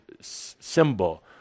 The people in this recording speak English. symbol